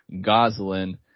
Goslin